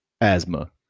asthma